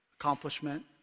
accomplishment